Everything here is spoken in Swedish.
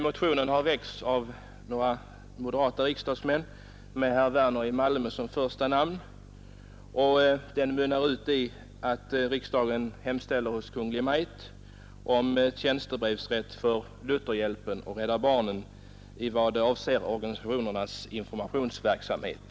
Motionen har väckts av några moderata riksdagsmän med herr Werner i Malmö som första namn, och den mynnar ut i ett yrkande att riksdagen hos Kungl. Maj:t hemställer om tjänstebrevsrätt till Lutherhjälpen och Rädda barnen i vad avser dessa organisationers informationsverksamhet.